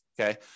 okay